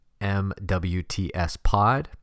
MWTSPod